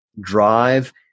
drive